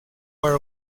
where